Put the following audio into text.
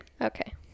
Okay